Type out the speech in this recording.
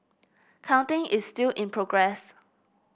counting is still in progress